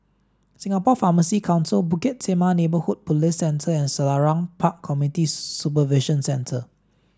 Singapore Pharmacy Council Bukit Timah Neighbourhood Police Centre and Selarang Park Community Supervision Centre